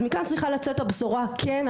אז מכאן צריכה לצאת הבשורה כן,